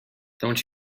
don’t